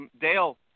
Dale